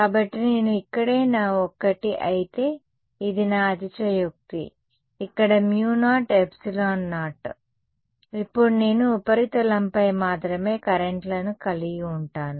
కాబట్టి నేను ఇక్కడే నా ఒక్కటి అయితే ఇది నా అతిశయోక్తి ఇక్కడ μo ఎప్సిలాన్ నాట్ ఇప్పుడు నేను ఉపరితలంపై మాత్రమే కరెంట్ లను కలిగి ఉంటాను